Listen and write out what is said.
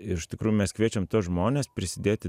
iš tikrųjų mes kviečiam tuos žmones prisidėti